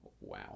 Wow